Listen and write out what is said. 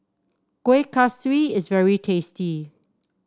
Kuih Kaswi is very tasty